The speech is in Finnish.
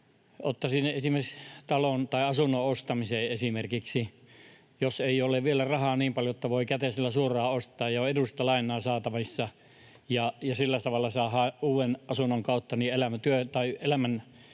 Ottaisin esimerkiksi talon tai asunnon ostamisen. Jos ei ole vielä rahaa niin paljon, että voi käteisellä suoraan ostaa, ja on edullista lainaa saatavissa ja sillä tavalla saadaan uuden asunnon kautta elämänlaatua